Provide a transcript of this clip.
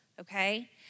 okay